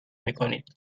میکنید